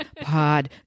Pod